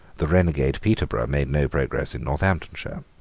the renegade peterborough made no progress in northamptonshire.